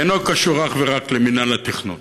ואינו קשור אך ורק למינהל התכנון,